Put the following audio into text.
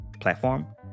platform